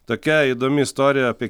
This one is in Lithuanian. tokia įdomi istorija apie